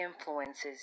influences